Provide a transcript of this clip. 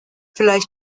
vielleicht